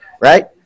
right